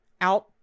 out